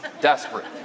desperate